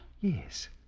Yes